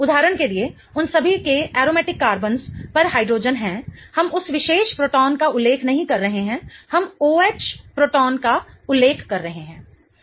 इसलिए उदाहरण के लिए उन सभी के एरोमेटिक कार्बोन पर हाइड्रोजेन हैं हम उस विशेष प्रोटॉन का उल्लेख नहीं कर रहे हैं हम O H प्रोटॉन का उल्लेख कर रहे हैं